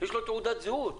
יש לו תעודת זהות,